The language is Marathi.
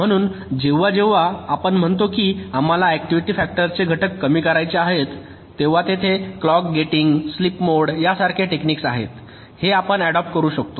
म्हणून जेव्हा जेव्हा आपण म्हणतो की आम्हाला ऍक्टिव्हिटी फॅक्टर चे घटक कमी करायचे आहेत तेव्हा तेथे क्लॉक गेटिंग स्लीप मोड यासारखे टेक्निक आहेत हे आपण ऍडॉप्ट करू शकतो